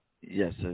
Yes